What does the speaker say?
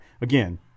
Again